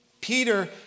Peter